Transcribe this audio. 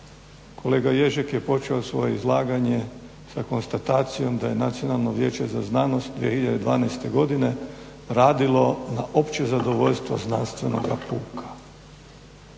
Kolega Ježek je počeo svoje izlaganje sa konstatacijom da je Nacionalno vijeće za znanost 2012.godine radilo na opće zadovoljstvo znanstvenoga puka.